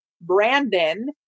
brandon